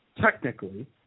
technically